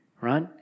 right